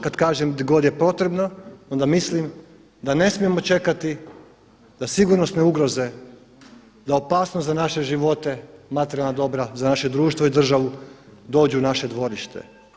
Kad kažem gdje god je potrebno onda mislim da ne smijemo čekati da sigurnosne ugroze, da opasnost za naše živote, materijalna dobra, za naše društvo i državu dođu u naše dvorište.